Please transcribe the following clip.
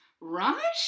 right